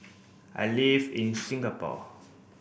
I live in Singapore